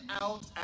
out